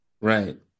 right